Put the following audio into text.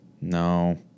No